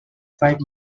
five